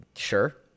sure